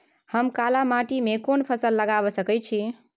हम काला माटी में कोन फसल लगाबै सकेत छी?